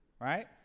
right